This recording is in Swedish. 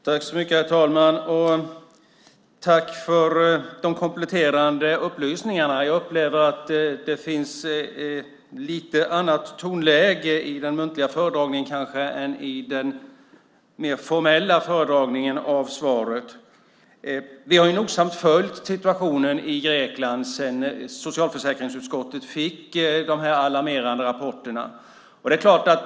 Herr talman! Tack för de kompletterande upplysningarna. Jag upplever att det kanske finns ett lite annat tonläge i den muntliga föredragningen än i den mer formella föredragningen av svaret. Vi har nogsamt följt situationen i Grekland sedan socialförsäkringsutskottet fick de alarmerande rapporterna.